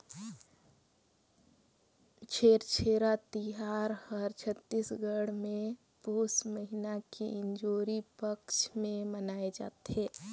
छेरछेरा तिहार हर छत्तीसगढ़ मे पुस महिना के इंजोरी पक्छ मे मनाए जथे